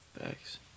Thanks